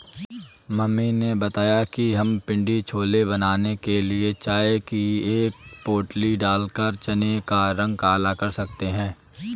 mummy ने बताया कि हम पिण्डी छोले बनाने के लिए चाय की एक पोटली डालकर चने का रंग काला कर सकते हैं